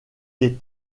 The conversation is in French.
des